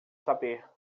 saber